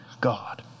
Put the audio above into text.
God